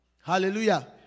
Hallelujah